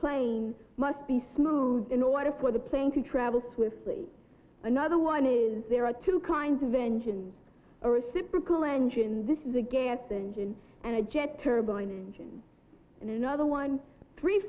plane must be smooth in order for the plane to travel swiftly another one there are two kinds of engines a reciprocal engine this is a gas engine and a jet turbine engine and another one three